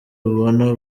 ubona